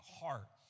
heart